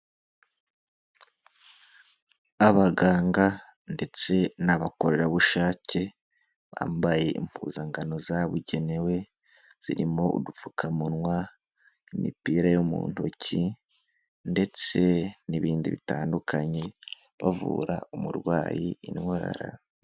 Abaganga ndetse n'abakorerabushake, bambaye impuzangano zabugenewe, zirimo udupfukamunwa, imipira yo mu ntoki ndetse n'ibindi bitandukanye, bavura umurwayi indwara.